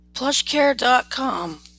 PlushCare.com